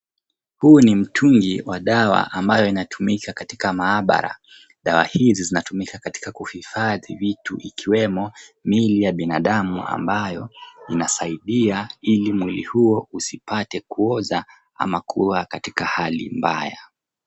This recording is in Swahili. Huu ni mtungi wa dawa ambayo inatumika katika maabara. Dawa hizi zinatumika katika kuhifadhi vitu ikiwemo miili ya binadamu ambayo inasaidia ili mwili huo usipate kuoza ama kuwa katika hali mbaya.